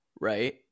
right